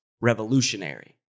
revolutionary